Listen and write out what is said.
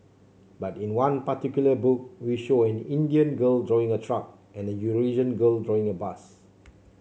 but in one particular book we show an Indian girl drawing a truck and a Eurasian girl drawing a bus